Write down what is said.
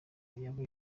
yoba